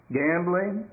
gambling